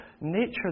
nature